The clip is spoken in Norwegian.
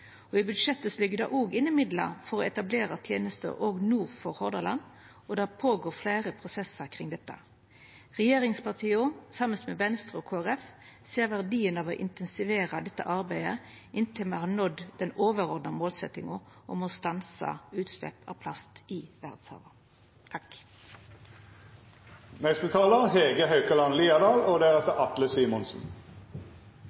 I budsjettet ligg det òg inne midlar til å etablera tenesta òg nord for Hordaland, og det er fleire prosessar i gang kring dette. Regjeringspartia, saman med Venstre og Kristeleg Folkeparti, ser verdien av å intensivera dette arbeidet inntil me har nådd den overordna målsetjinga om å stansa utslepp av plast i verdshava.